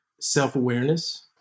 self-awareness